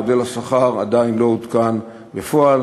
מודל השכר לא עודכן בפועל,